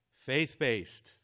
faith-based